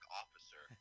officer